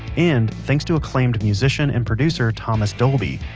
and thanks to acclaimed musician and producer, thomas dolby.